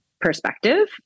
perspective